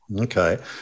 Okay